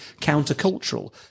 countercultural